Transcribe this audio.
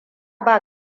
ba